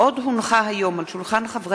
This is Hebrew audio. נחמן שי,